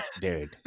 dude